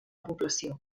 població